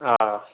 آ